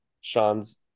Sean's –